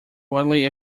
widely